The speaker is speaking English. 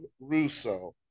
Russo